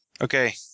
okay